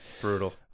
brutal